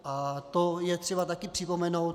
A to je třeba také připomenout.